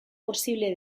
posible